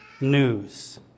news